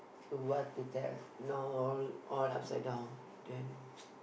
to what to tell no all all upside down then